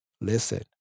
Listen